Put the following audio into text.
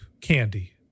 candy